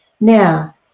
Now